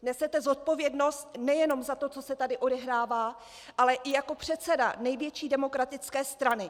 Nesete zodpovědnost nejenom za to, co se tady odehrává, ale i jako předseda největší demokratické strany.